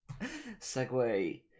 segue